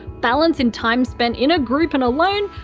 balance in time spent in a group and alone,